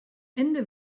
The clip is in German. ende